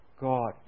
God